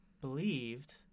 believed